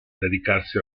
dedicarsi